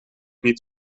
niet